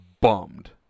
bummed